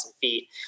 feet